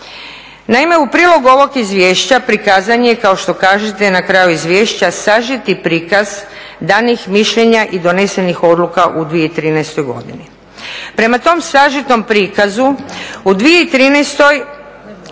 Naime, u prilogu ovog izvješća prikazan je kao što kažete na kraju izvješća sažeti prikaz danih mišljenja i donesenih odluka u 2013. godini. Prema tom sažetom prikazu u 2013. izvješće